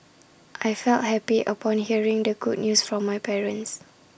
I felt happy upon hearing the good news from my parents